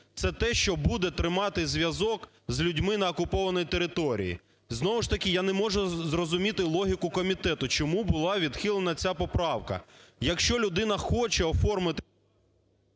це те, що буде тримати зв'язок з людьми на окупованій території. Знову ж таки, я не можу зрозуміти логіку комітету, чому була відхилена ця поправка. Якщо людина хоче оформити…